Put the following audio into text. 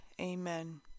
Amen